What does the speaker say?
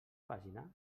pàgina